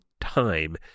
time